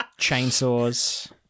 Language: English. Chainsaws